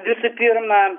visų pirma